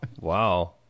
wow